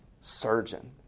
surgeon